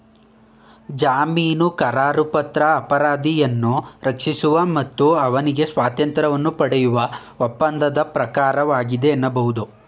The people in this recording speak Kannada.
ಜಾಮೀನುಕರಾರುಪತ್ರ ಅಪರಾಧಿಯನ್ನ ರಕ್ಷಿಸುವ ಮತ್ತು ಅವ್ನಿಗೆ ಸ್ವಾತಂತ್ರ್ಯವನ್ನ ಪಡೆಯುವ ಒಪ್ಪಂದದ ಪ್ರಕಾರವಾಗಿದೆ ಎನ್ನಬಹುದು